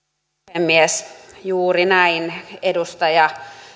puhemies juuri näin